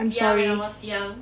ya when I was young